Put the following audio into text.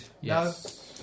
Yes